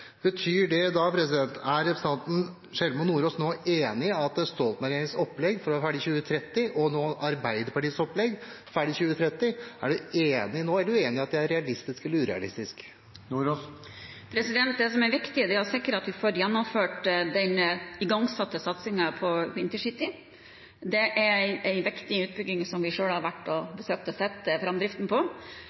Betyr det at representanten Sjelmo Nordås er enig i Stoltenberg-regjeringens opplegg om å være ferdig i 2030, og Arbeiderpartiets opplegg om å være ferdig i 2030? Er hun nå enig i eller uenig i at det er realistisk, eller er det urealistisk? Det som er viktig, er å sikre at vi får gjennomført den igangsatte satsingen på intercity. Det er en viktig utbygging som vi har besøkt og sett på framdriften på.